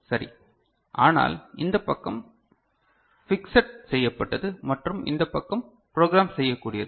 சரி ஆனால் இந்த பக்கம் ஃபிக்ஸட் செய்யப்பட்டது மற்றும் இந்த பக்கம் ப்ரோக்ராம் செய்யக்கூடியது